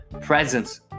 presence